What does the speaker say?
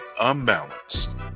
unbalanced